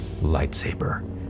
lightsaber